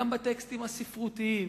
גם בטקסטים הספרותיים,